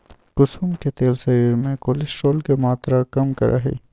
कुसुम के तेल शरीर में कोलेस्ट्रोल के मात्रा के कम करा हई